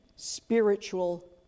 spiritual